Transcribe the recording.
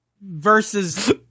versus